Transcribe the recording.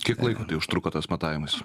kiek laiko tai užtruko tas matavimasis